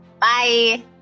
Bye